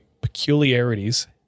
peculiarities